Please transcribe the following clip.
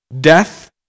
Death